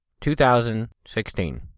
2016